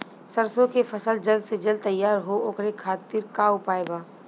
सरसो के फसल जल्द से जल्द तैयार हो ओकरे खातीर का उपाय बा?